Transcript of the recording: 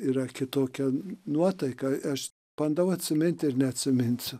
yra kitokia nuotaika aš bandau atsimint ir neatsiminsiu